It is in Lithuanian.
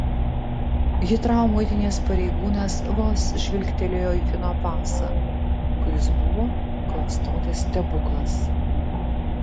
hitrou muitinės pareigūnas vos žvilgtelėjo į fino pasą kuris buvo klastotės stebuklas